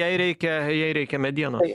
jai reikia jai reikia medienos